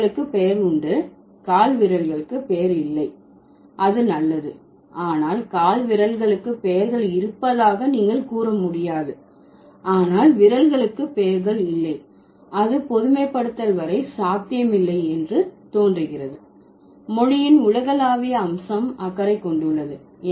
விரல்களுக்கு பெயர் உண்டு கால்விரல்களுக்கு பெயர்கள் இல்லை அது நல்லது ஆனால் கால்விரல்களுக்கு பெயர்கள் இருப்பதாக நீங்கள் கூற முடியாது ஆனால் விரல்களுக்கு பெயர்கள் இல்லை அது பொதுமைப்படுத்தல் வரை சாத்தியமில்லை என்று தோன்றுகிறது மொழியின் உலகளாவிய அம்சம் அக்கறை கொண்டுள்ளது